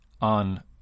on